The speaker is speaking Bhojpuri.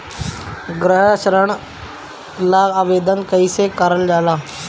गृह ऋण ला आवेदन कईसे करल जाला?